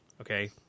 okay